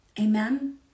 Amen